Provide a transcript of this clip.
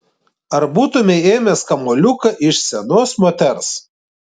ar būtumei ėmęs kamuoliuką iš senos moters